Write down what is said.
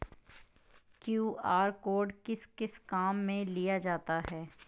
QR code किस किस काम में लिया जाता है?